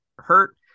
hurt